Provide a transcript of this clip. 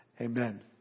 Amen